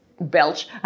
Belch